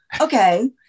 okay